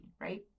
right